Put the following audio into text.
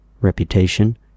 reputation